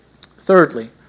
Thirdly